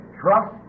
trust